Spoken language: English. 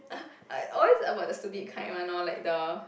I always about the stupid kind one lor like the